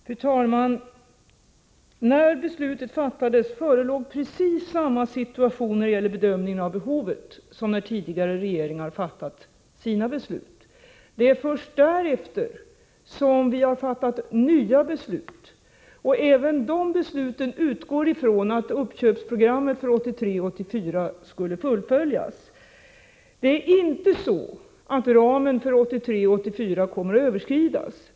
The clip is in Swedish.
Fru talman! När beslutet fattades förelåg precis samma situation när det gäller bedömningen av behovet som när tidigare regeringar fattade sina beslut. Det är först därefter som vi har fattat nya beslut. Även de besluten utgår ifrån att uppköpsprogrammet för 1983 84 kommer att överskridas.